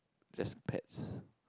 just pets